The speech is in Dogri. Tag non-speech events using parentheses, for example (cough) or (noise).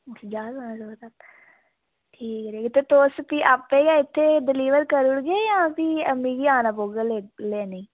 (unintelligible) ठीक ऐ ते तुस फ्ही आपें गै इत्थें डिलीवर करी ओड़गे जां फ्ही मिगी आना पौग लैने ई